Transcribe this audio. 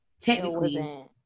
technically